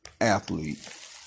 athlete